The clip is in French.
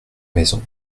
maisons